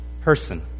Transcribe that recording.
person